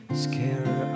scare